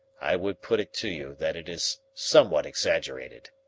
i would put it to you that it is somewhat exaggerated.